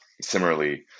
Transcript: Similarly